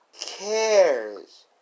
cares